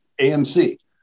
AMC